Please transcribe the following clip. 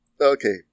okay